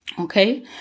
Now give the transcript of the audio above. Okay